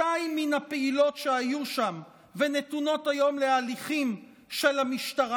שתיים מן הפעילות שהיו שם ונתונות היום להליכים של המשטרה.